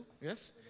Yes